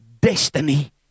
destiny